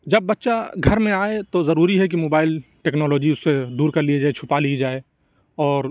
جب بچہ گھر میں آئے تو ضروری ہے كہ موبائل ٹیكنالوجی اُس سے دور كر لیا جائے چھپا لی جائے اور